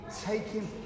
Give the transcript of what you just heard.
taking